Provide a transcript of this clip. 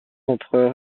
empereur